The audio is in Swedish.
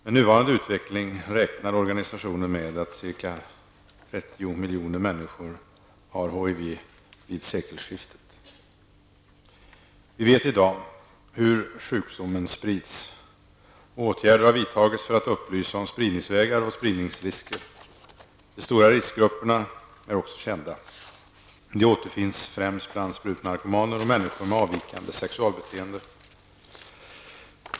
Med nuvarande utveckling räknar organisationen med att ca 30 miljoner människor kommer att ha Vi vet i dag hur sjukdomens sprids, och åtgärder har vidtagits för att att upplysa om spridningsvägar och spridningsrisker. De stora riskgrupperna är också kända. De återfinns främst bland sprutnarkomaner och människor med ett avvikande sexualbeteende.